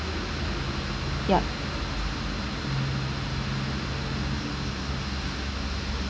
yup